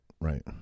right